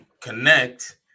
connect